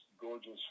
gorgeous